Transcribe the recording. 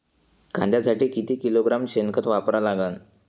कांद्यासाठी किती किलोग्रॅम शेनखत वापरा लागन?